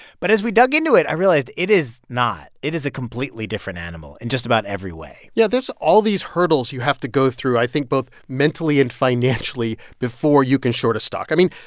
but as we dug into it, i realized it is not. it is a completely different animal in just about every way yeah, there's all these hurdles you have to go through, i think both mentally and financially, before you can short a stock. i mean,